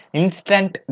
instant